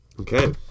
Okay